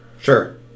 Sure